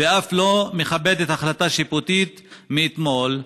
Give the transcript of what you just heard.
ואף לא מכבדת החלטה שיפוטית מאתמול,